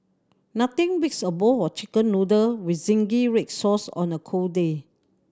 nothing beats a bowl of Chicken Noodle with zingy red sauce on a cold day